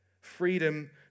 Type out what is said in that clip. Freedom